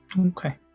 Okay